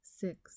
six